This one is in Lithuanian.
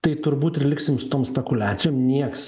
tai turbūt ir liksim su tom spekuliacijom nieks